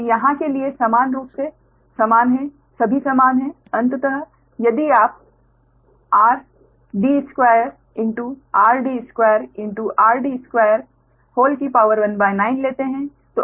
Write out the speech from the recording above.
तो यहाँ के लिए समान रूप से समान हैं सभी समान हैं अंततः यदि आप 19 लेते हैं